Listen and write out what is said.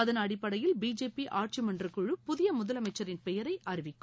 அதன் அடிப்படையில் பிஜேபி ஆட்சி மன்றக்குழு புதிய முதலமைச்சின் பெயரை அறிவிக்கும்